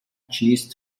cheese